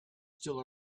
still